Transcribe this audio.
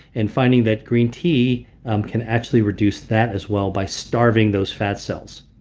and finding that green tea um can actually reduce that as well by starving those fat cells